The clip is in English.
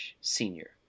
senior